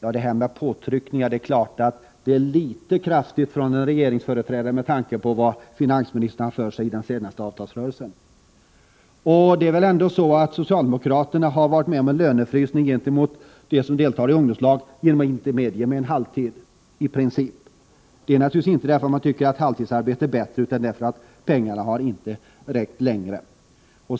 Att tala om påtryckningar är litet djärvt från en regeringsföreträdare med tanke på vad finansministern har haft för sig i den pågående avtalsrörelsen. Socialdemokraterna har väl ändå varit med om en lönefrysning för dem som deltar i ungdomslag genom att i princip inte medge mer än halvtid. Det skedde naturligtvis inte därför att man tyckte att halvtidsarbete var bättre utan därför att pengarna inte räckte längre.